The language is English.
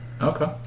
Okay